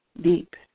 deep